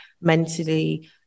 mentally